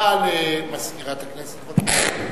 הודעה למזכירת הכנסת, בבקשה.